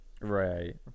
Right